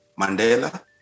Mandela